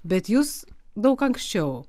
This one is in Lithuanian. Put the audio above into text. bet jūs daug anksčiau